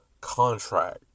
contract